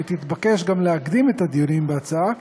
היא תתבקש גם להקדים את הדיונים בהצעה,